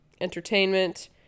entertainment